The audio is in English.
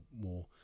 more